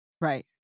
Right